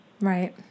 right